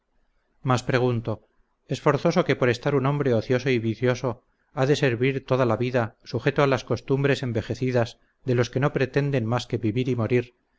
mas pregunto es forzoso que por estar un hombre ocioso y vicioso ha de servir toda la vida sujeto a las costumbres envejecidas de los que no pretenden más de vivir y morir